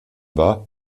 war